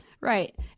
Right